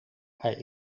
hij